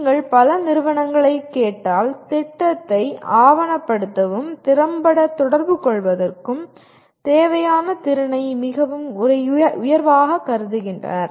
நீங்கள் பல நிறுவனங்களைக் கேட்டால் திட்டத்தை ஆவணப்படுத்தவும் திறம்பட தொடர்புகொள்வதற்கும் தேவையான திறனைக் மிகவும் உயர்வாக கருதுகின்றனர்